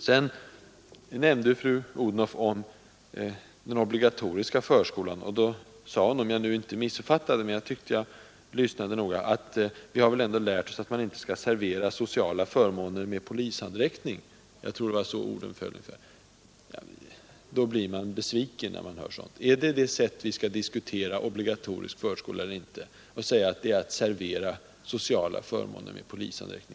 Sedan nämnde fru Odhnoff den obligatoriska förskolan och sade — om jag inte missuppfattade henne; jag tyckte att jag lyssnade noga — att vi ändå har lärt oss att man inte skall servera sociala förmåner med polishandräckning. Jag tror att det var ungefär så orden föll. När man hör sådant blir man besviken. Är det så vi skall diskutera frågan om obligatorisk förskola eller inte — skall vi säga att en obligatorisk förskola innebär att man serverar sociala förmåner med polishandräckning?